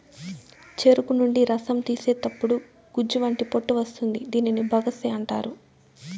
చెరుకు నుండి రసం తీసేతప్పుడు గుజ్జు వంటి పొట్టు వస్తుంది దీనిని బగస్సే అంటారు